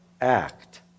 act